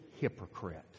hypocrite